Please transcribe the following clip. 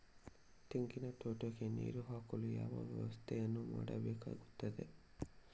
ತೆಂಗಿನ ತೋಟಕ್ಕೆ ನೀರು ಹಾಕಲು ಯಾವ ವ್ಯವಸ್ಥೆಯನ್ನು ಮಾಡಬೇಕಾಗ್ತದೆ?